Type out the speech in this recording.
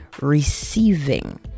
receiving